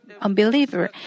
unbeliever